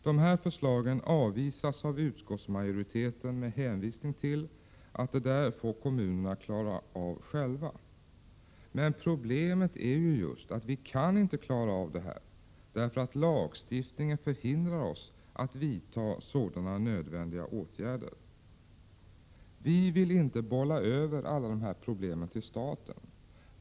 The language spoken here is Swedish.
De här förslagen avvisas av utskottsmajoriteten, med hänvisning till att kommunerna själva får klara av detta. Men problemet är just att vi inte kan klara av detta eftersom lagstiftningen förhindrar oss att vidta nödvändiga åtgärder. Vi vill inte bolla över alla de här problemen till staten.